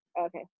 Okay